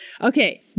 Okay